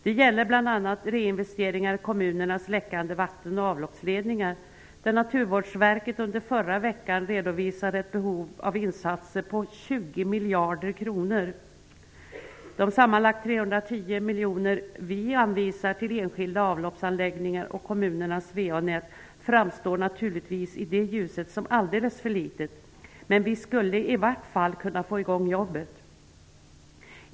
Det gäller bl.a. reinvesteringar i kommunernas läckande vatten och avloppsledningar, där Naturvårdsverket under förra veckan redovisade ett behov av insatser för 20 miljarder kronor. De sammanlagt 310 miljoner som vi anvisar till enskilda avloppsanläggningar och kommunernas VA-nät framstår naturligtvis i det ljuset som alldeles för litet, men vi skulle i vart fall kunna få i gång arbetet.